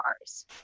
cars